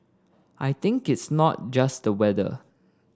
I think it's not just the weather